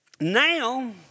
now